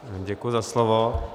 Děkuji za slovo.